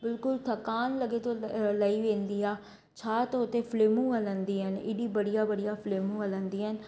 बिल्कुलु थकान लॻे थो लही वेंदी आहे छा त हुते फ़िल्मूं हलंदी आहिनि हेॾी बढ़िया बढ़िया फ़िल्मूं हलंदी आहिनि